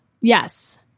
Yes